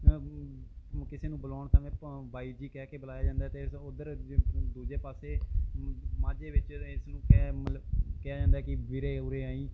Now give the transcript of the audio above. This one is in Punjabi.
ਕਿਸੇ ਨੂੰ ਬਲਾਉਣ ਸਮੇਂ ਬਾਈ ਜੀ ਕਹਿ ਕੇ ਬੁਲਾਇਆ ਜਾਂਦਾ ਹੈ ਅਤੇ ਉੱਧਰ ਦੂ ਦੂਜੇ ਪਾਸੇ ਮ ਮਾਝੇ ਵਿੱਚ ਇਸ ਨੂੰ ਕਿਹਾ ਮਤਲਬ ਕਿਹਾ ਜਾਂਦਾ ਕਿ ਵੀਰੇ ਉਰੇ ਆਈ